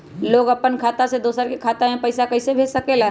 लोग अपन खाता से दोसर के खाता में पैसा कइसे भेज सकेला?